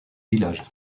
village